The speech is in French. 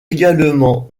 également